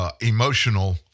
emotional